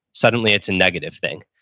suddenly it's a negative thing.